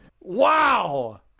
Wow